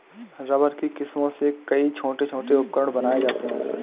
rubber की किस्मों से कई छोटे छोटे उपकरण बनाये जाते हैं